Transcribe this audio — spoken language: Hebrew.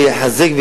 ויחזק,